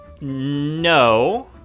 no